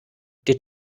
did